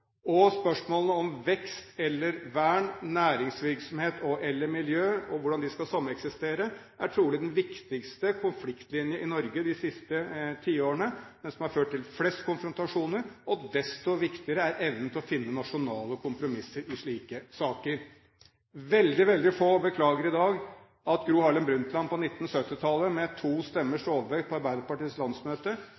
om vekst eller vern, næringsvirksomhet og/eller miljø og hvordan de skal sameksistere, er trolig den viktigste konfliktlinjen i Norge de siste tiårene. Det er det som har ført til flest konfrontasjoner. Desto viktigere er evnen til å finne nasjonale kompromisser i slike saker. Veldig få beklager i dag at Gro Harlem Brundtland på 1970-tallet, med to stemmers